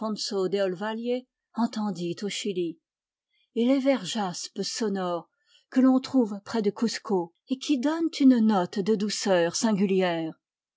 entendit au chili et les verts jaspes sonores que l'on trouve près de cuzco et qui donnent une note de douceur singulière